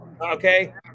Okay